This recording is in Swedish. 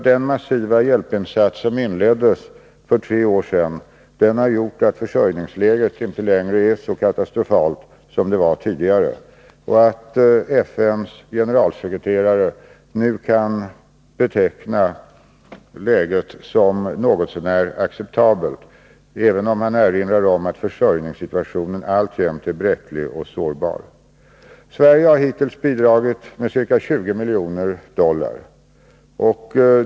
Den massiva hjälpinsats som inleddes för tre år sedan har gjort att försörjningsläget inte längre är så katastrofalt som det var tidigare och att FN:s generalsekreterare nu kan beteckna läget som något så när acceptabelt, även om man erinrar om att försörjningssituationen alltjämt är bräcklig och sårbar. Sverige har hittills bidragit med ca 20 miljoner dollar.